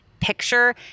picture